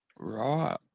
Right